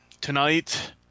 tonight